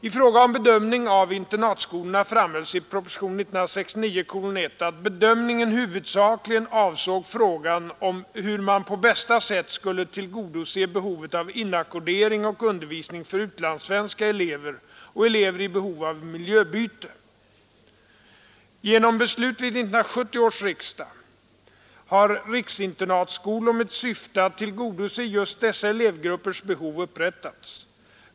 I fråga om bedömningen av internatskolorna framhölls i propositionen 1969:1 att bedömningen huvudsakligen avsåg frågan hur man på bästa sättet skulle tillgodose behovet av inackordering och undervisning för utlandssvenska elever och elever i behov av miljöbyte. Genom beslut vid 1970 års riksdag har riksinternatskolor med syfte att tillgodose just dessa elevgruppers behov upprättats.